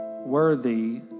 worthy